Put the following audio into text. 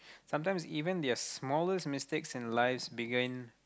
sometimes even their smallest mistakes in lives begin